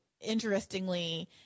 interestingly